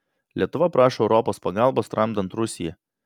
lietuva prašo europos pagalbos tramdant rusiją